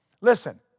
Listen